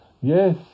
yes